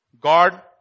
God